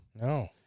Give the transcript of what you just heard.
No